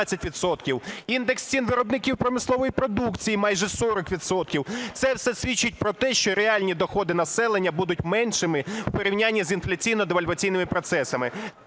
індекс цін виробників промислової продукції майже 40 відсотків. Це все свідчить про те, що реальні доходи населення будуть меншими у порівнянні з інфляційно-девальваційними процесами.